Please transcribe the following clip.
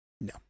No